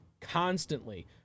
constantly